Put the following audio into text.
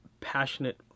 passionate